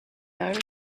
though